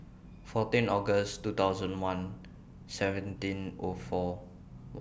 fourteen August two thousand one seventeen O four sixteen